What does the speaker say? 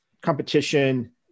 competition